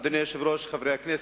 אדוני היושב-ראש, חברי הכנסת,